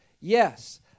yes